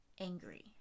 angry